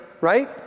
right